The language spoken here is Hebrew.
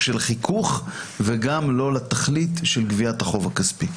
של חיכוך וגם לא לתכלית של גביית החוב הכספי.